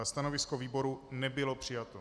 Stanovisko výboru nebylo přijato.